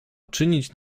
czynić